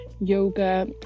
yoga